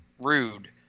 Rude